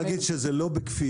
אפשר להגיד שזה לא בכפיה.